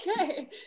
Okay